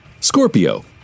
Scorpio